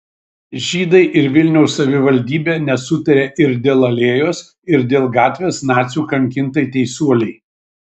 žydai ir vilniaus savivaldybė nesutaria ir dėl alėjos ir dėl gatvės nacių kankintai teisuolei